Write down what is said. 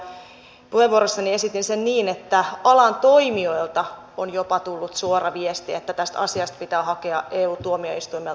puheenvuorossani esitin sen niin että alan toimijoilta on jopa tullut suora viesti että tästä asiasta pitää hakea eu tuomioistuimelta päätös